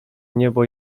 niebo